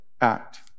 act